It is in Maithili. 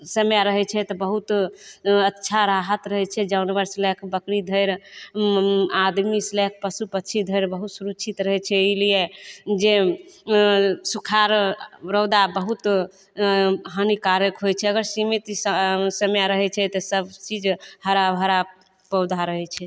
समय रहै छै तऽ बहुत अच्छा राहत रहै छै जानबर सऽ लए कऽ बकरी धरि आदमी सऽ लए कऽ पशु पछी धरि बहुत सुरच्छित रहै छै ई लिए जे सुखार रौदा बहुत हानिकारक होय छै अगर सीमित समय रहै छै तऽ सबचीज हरा भरा पौधा रहै छै